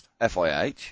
FIH